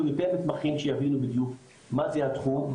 יותר מתמחים שיבינו בדיוק מה התחום,